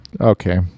okay